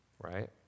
right